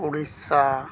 Odisha